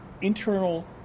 internal